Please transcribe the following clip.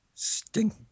stink